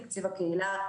תקציב הקהילה,